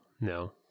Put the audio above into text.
no